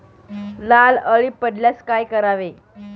लाल अळी पडल्यास काय करावे?